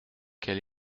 quel